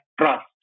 trust